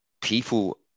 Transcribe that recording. people